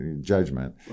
judgment